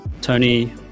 Tony